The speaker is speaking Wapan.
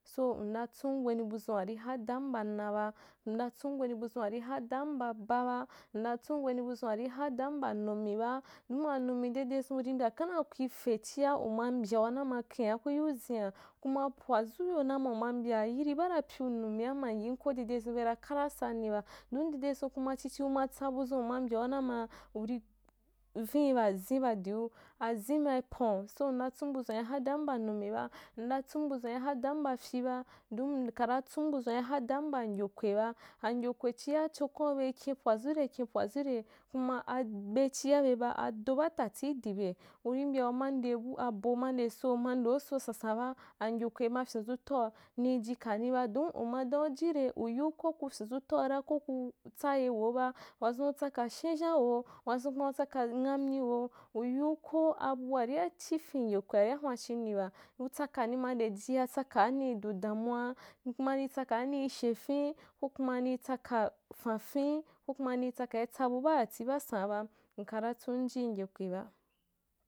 So nda tsun wanî buzun’arî hadam ba na ba, nda tsun wani bucun’ari hadam ba ba ba nda tsun wani buzun’arî hadam ba anume ba, don anume dedezun urî mbya khen dea kuî fe chia, uma mbyau na ma khen’a kuyiu zin’a, kuma pwazuyo na ma uma mbya yirî baa na pyu nume’ama m yim ko bema karasann i ba, don dedezun kuma chi chi uma tsabuzun, uma mbyauna maa, urî vin’i ba zin ba diu, azin ma ipan’u, so n natsun wanî buzun ihadam ba anumeba ndatsum buzun’a ihadam ba fyi ba, don m kara tsumbuzun’a ihadam ba ngyokweba, angyokwe chia chokwan’u beì kin pwazuire kin pwazuire kuma a- bechia beba ado batati idibe, iri mbya uma ndebu ti idbe, iri mbya uma udebu abo ma udeso uma ndeuso sansaraba, angyəkwe mafyin zu tau nii ji kani ba, don ua dan ijire uyiu ko ku fyinzutaura ko kuu tsaye weu ba wazun utsakaa shinzhan weu, wazun kuma usaka nghameyi weu, uyiu ko abua ria chifin ngyikwe’aria hun’a chimn’ì ba, utsaka nima ndeijia tsakaa nii du damuwa, kuma ri tsakaa nii shefen, ko kuma nii tsakaa fanfen, ko kuma nitsa kai tsabu baati baa saǹaba, nkara tsunji ngyekwe ba.